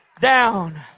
down